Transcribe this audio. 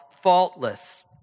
faultless